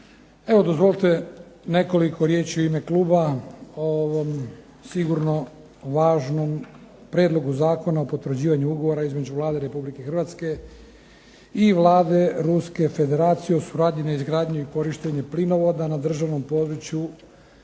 Evo dozvolite nekoliko riječi u ime kluba o ovom sigurno važnom prijedlogu Zakona o potvrđivanju ugovora između Vlade Republike Hrvatske i Vlade Ruske Federacije o suradnji na izgradnji i korištenju plinovoda na državnom području Republike